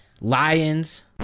lions